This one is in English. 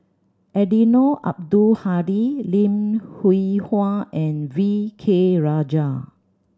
Eddino Abdul Hadi Lim Hwee Hua and V K Rajah